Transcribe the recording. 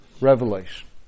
revelation